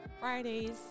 Fridays